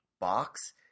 box